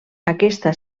aquesta